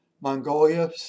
Mongolia